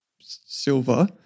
silver